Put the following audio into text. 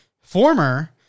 Former